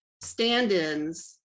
stand-ins